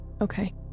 Okay